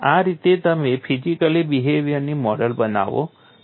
આ રીતે તમે ફિઝિકલી બિહેવીઅરનું મોડેલ બનાવો છો